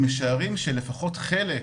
אנחנו משערים שלפחות חלק